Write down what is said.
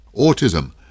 Autism